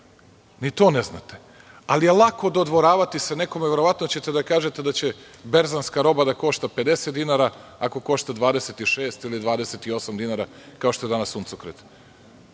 Ni to ne znate. Ali je lako dodvoravati se nekome, verovatno ćete da kažete da će berzanska roba da košta 50 dinara, ako košta 26 ili 28 dinara, kao što je danas suncokret.